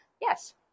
Yes